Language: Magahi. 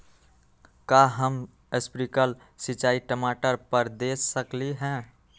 का हम स्प्रिंकल सिंचाई टमाटर पर दे सकली ह?